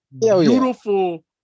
beautiful